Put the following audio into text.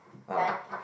like